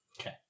Okay